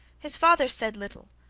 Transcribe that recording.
his father said little,